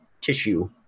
tissue